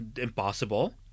impossible